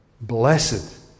blessed